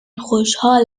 خوشحال